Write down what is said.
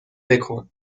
بکن